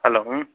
hello